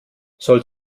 soll